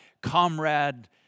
comrade